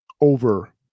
over